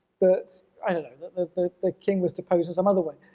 but i don't know, that the the king was deposed in some other way.